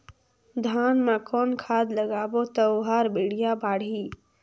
धान मा कौन खाद लगाबो ता ओहार बेडिया बाणही?